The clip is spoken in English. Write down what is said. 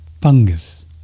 fungus